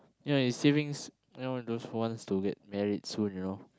ya you savings you know those who wants to get married soon you know